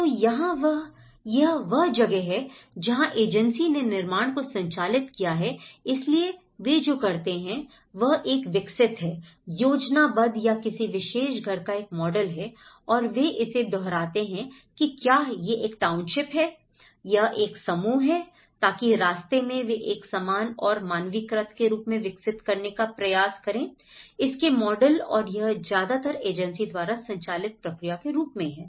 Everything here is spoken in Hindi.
तो यहाँ यह वह जगह है जहाँ एजेंसी ने निर्माण को संचालित किया है इसलिए वे जो करते हैं वह एक विकसित है योजनाबद्ध या किसी विशेष घर का एक मॉडल और वे इसे दोहराते हैं कि क्या यह एक टाउनशिप है यह एक समूह है ताकि रास्ते में वे एक समान और मानकीकृत के रूप में विकसित करने का प्रयास करें इसके मॉडल और यह ज्यादातर एजेंसी द्वारा संचालित प्रक्रिया के रूप में है